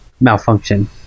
Malfunction